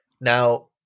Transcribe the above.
Now